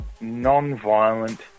non-violent